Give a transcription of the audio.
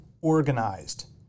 organized